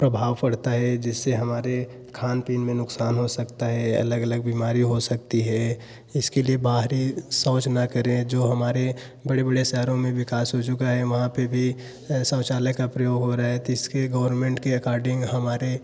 प्रभाव पड़ता है जिससे हमारे खानपीन में नुकसान हो सकता है अलग अलग बीमारी हो सकती है इसके लिए बाहरी शौच न करें जो हमारे बड़े बड़े शहरों में विकास हो चुका है वहाँ पर भी शौचालय का प्रयोग हो रहा है तो इसके गवर्मेंट के एकार्डिंग हमारे